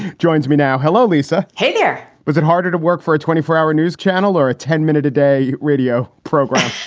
joins me now. hello, lisa. hey there. yeah was it harder to work for a twenty four hour news channel or a ten minute a day radio program?